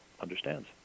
understands